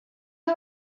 who